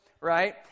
right